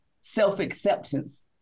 self-acceptance